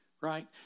right